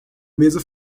mesa